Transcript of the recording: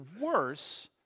worse